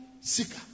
seeker